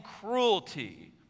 cruelty